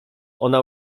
ona